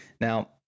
Now